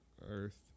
earth